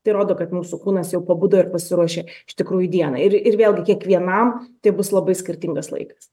tai rodo kad mūsų kūnas jau pabudo ir pasiruošė iš tikrųjų dienai ir ir vėlgi kiekvienam tai bus labai skirtingas laikas